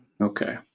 Okay